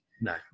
no